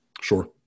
Sure